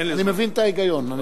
אני מבין את ההיגיון.